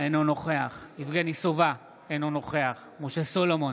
אינו נוכח יבגני סובה, אינו נוכח משה סולומון,